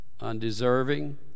undeserving